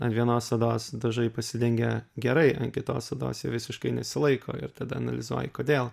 ant vienos odos dažai pasidengia gerai ant kitos odos jie visiškai nesilaiko ir tada analizuoji kodėl